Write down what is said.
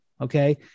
okay